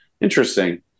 Interesting